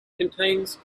contains